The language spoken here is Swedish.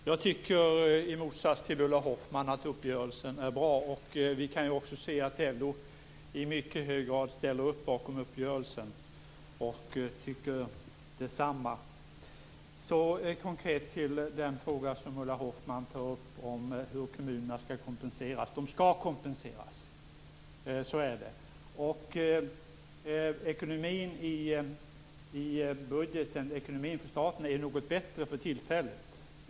Herr talman! Jag tycker i motsats till Ulla Hoffmann att uppgörelsen är bra. Vi kan ju också se att LO i mycket hög grad ställer upp bakom uppgörelsen och tycker detsamma som vi. Så konkret till den fråga som Ulla Hoffmann tar upp om hur kommunerna skall kompenseras. De skall kompenseras. Så är det. När det gäller det här med budgeten är ju ekonomin för staten något bättre för tillfället.